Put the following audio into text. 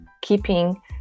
keeping